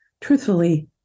truthfully